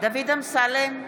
דוד אמסלם,